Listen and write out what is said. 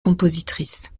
compositrice